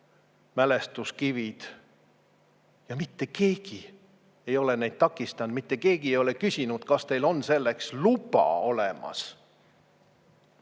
mälestuskivid. Ja mitte keegi ei ole neid takistanud ning mitte keegi ei ole küsinud, kas teil on selleks luba olemas.